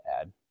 add